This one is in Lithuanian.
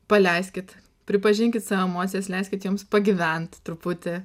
paleiskit pripažinkit savo emocijas leiskit joms pagyvent truputį